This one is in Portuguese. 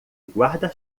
guarda